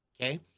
okay